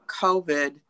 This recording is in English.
COVID